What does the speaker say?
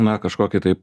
na kažkokį tai